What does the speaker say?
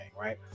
right